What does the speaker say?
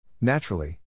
Naturally